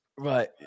Right